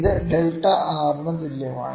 ഇത് delta r ന് തുല്യമാണ്